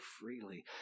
freely